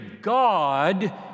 God